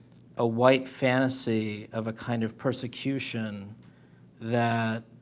a white fantasy of a kind of persecution that